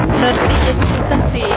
तर ते येथे कसे येईल